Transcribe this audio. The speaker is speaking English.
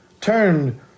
turned